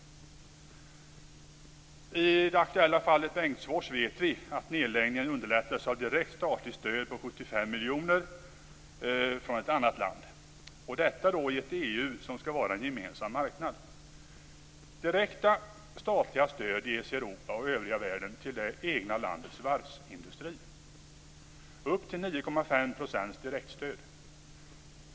För det andra: I det aktuella fallet Bengtsfors vet vi att nedläggningen underlättades av direkt statligt stöd på 75 miljoner från ett annat land - detta i ett EU som skall vara en gemensam marknad. För det tredje: Direkta statliga stöd ges i Europa och övriga världen till det egna landets varvsindustri - upp till 9,5 % direktstöd.